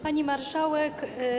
Pani Marszałek!